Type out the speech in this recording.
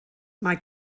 mae